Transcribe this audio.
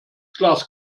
glas